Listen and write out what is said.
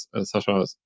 Sasha